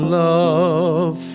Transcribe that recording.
love